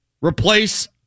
replace